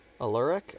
Aluric